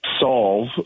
solve